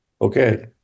Okay